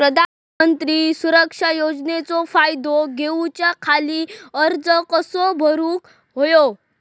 प्रधानमंत्री सुरक्षा योजनेचो फायदो घेऊच्या खाती अर्ज कसो भरुक होयो?